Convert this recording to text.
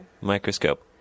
microscope